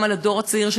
גם על הדור הצעיר,